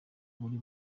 buri